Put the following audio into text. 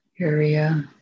area